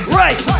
right